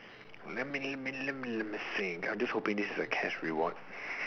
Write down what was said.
let me let me let me let me let me think I'm just hoping this is a cash reward